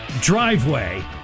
driveway